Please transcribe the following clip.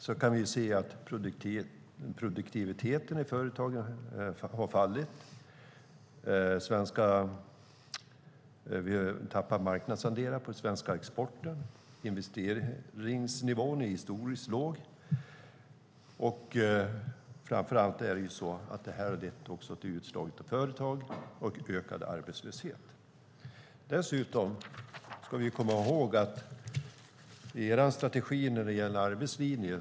Vi kan se att produktiviteten i företagen har fallit. Vi tappar marknadsandelar i den svenska exporten. Investeringsnivån är historiskt låg. Och framför allt har det här lett till utslagning av företag och till ökad arbetslöshet. Dessutom ska vi komma ihåg er strategi när det gäller arbetslinjen.